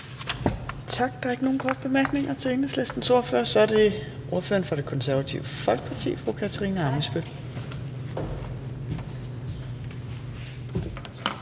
Tak. Der er ikke nogen korte bemærkninger til Enhedslistens ordfører. Så er det ordføreren for Det Konservative Folkeparti, fru Katarina Ammitzbøll.